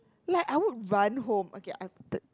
like I would run home okay I